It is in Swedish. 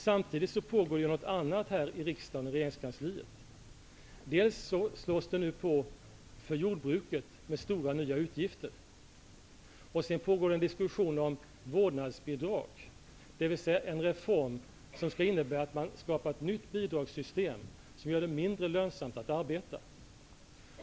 Samtidigt pågår ju något annat här i riksdagen och i regeringskansliet. Dels späder man på med nya stora utgifter i fråga om jordbruket, dels pågår en diskussion om vårdnadsbidrag. Det handlar alltså om en reform som innebär att ett nytt bidragssystem skapas som gör det mindre lönsamt att arbeta.